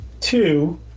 Two